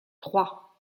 trois